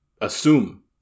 assume